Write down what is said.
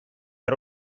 era